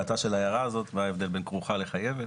בין "כרוך" ל"חייב".